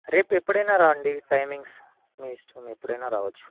రేపు ఎప్పుడైనా రాండి టైమింగ్స్ మీ ఇష్టం ఎప్పుడైనా రావచ్చు